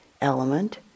element